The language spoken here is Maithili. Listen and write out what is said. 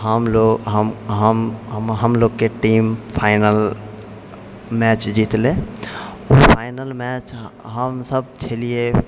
हमलोकके टीम फाइनल मैच जितलै ओ फाइनल हमसब छलिए